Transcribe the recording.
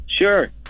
Sure